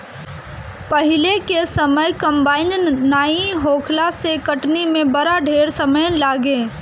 पहिले के समय कंबाइन नाइ होखला से कटनी में बड़ा ढेर समय लागे